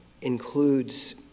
includes